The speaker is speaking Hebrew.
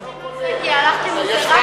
כמה